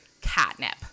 catnip